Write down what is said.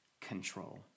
control